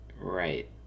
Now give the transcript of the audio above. Right